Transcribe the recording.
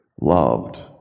Loved